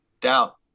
doubt